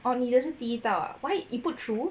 oh 你的事第一道啊 why you put through